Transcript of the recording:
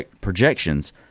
projections